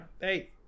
Hey